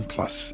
Plus